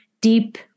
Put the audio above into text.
deep